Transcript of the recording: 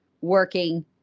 working